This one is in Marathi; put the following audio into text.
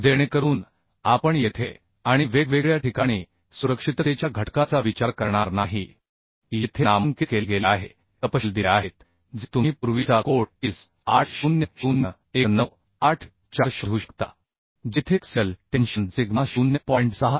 जेणेकरून आपण येथे आणि वेगवेगळ्या ठिकाणी सुरक्षिततेच्या घटकाचा विचार करणार नाही येथे नामांकित केले गेले आहे हे तपशील दिले आहेत जे तुम्ही पूर्वीचा कोड IS 800 1984 शोधू शकता जेथे एक्सियल टेन्शन सिग्मा 0